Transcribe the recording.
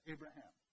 Abraham